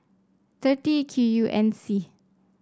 thirty Q U N C